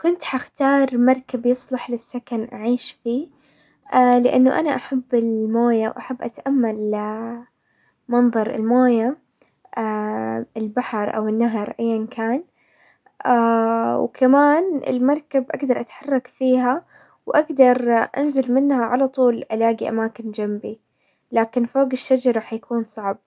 كنت حختار مركب يصلح للسكن اعيش فيه، لانه انا احب الموية واحب اتأمل منظر الموية، البحر او النهر ايا كان، وكمان المركب اقدر اتحرك فيها واقدر انزل منها على طول الاقي اماكن جنبي، لكن فوق الشجرة راح يكون صعب.